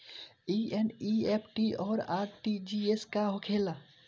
ई एन.ई.एफ.टी और आर.टी.जी.एस का होखे ला?